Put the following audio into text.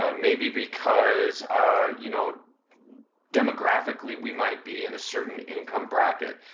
um maybe because you know demographically, we might be in a certain income bracket.